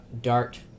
dart